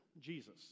Jesus